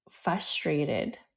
frustrated